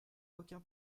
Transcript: aucun